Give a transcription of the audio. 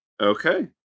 Okay